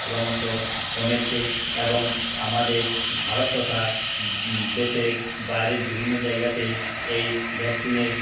ক্রমশ কমেছে এবং আমাদের ভারত তথা দেশের বাইরের বিভিন্ন জায়গাতে এই ভ্যাকসিনের